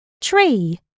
tree